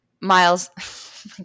Miles